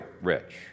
rich